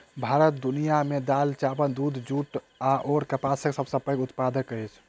भारत दुनिया मे दालि, चाबल, दूध, जूट अऔर कपासक सबसे पैघ उत्पादक अछि